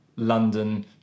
London